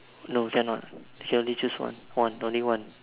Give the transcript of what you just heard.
no cannot can only choose one one only one